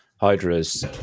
hydra's